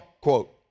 quote